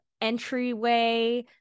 entryway